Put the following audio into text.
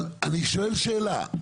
אני שואל שאלה,